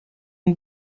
une